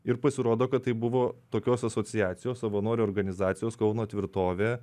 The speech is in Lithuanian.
ir pasirodo kad tai buvo tokios asociacijos savanorių organizacijos kauno tvirtovė